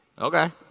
Okay